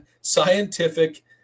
scientific